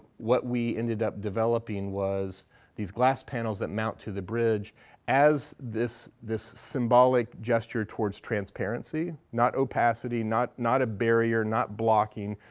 what we ended up developing was these glass panels that mount to the bridge as this this symbolic gesture towards transparency. not opacity. not not a barrier. not blocking.